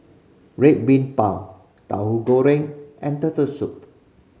Red Bean Bao Tahu Goreng and Turtle Soup